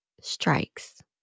strikes